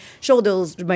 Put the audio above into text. shoulders